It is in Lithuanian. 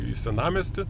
į senamiestį